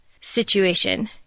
situation